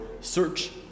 Search